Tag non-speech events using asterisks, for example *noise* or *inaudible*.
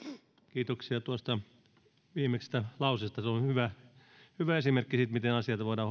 kiitoksia tuosta viimeisestä lauseesta se on hyvä hyvä esimerkki siitä miten asioita voidaan *unintelligible*